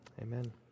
Amen